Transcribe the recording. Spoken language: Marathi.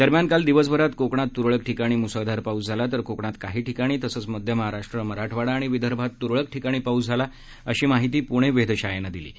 दरम्यान काल दिवसभरात कोकणात तुरळक ठिकाणी मुसळधार पाऊस झाला तर कोकणात काही ठिकाणी तसंच मध्य महाराष्ट्र मराठवाडा आणि विदर्भात तुरळक ठिकाणी पाऊस झाला अशी माहिती पुणे वेधशाळेनं दिली आहे